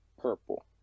purple